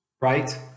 right